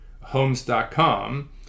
Homes.com